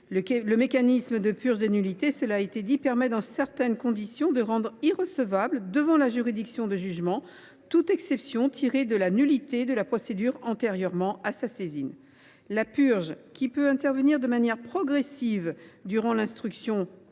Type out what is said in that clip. Le mécanisme de purge des nullités permet, dans certaines conditions, de rendre irrecevable, devant la juridiction de jugement, toute exception tirée de la nullité de la procédure antérieurement à sa saisine. La purge, qui peut intervenir de manière progressive, durant l’instruction, ou